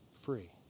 free